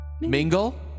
Mingle